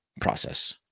process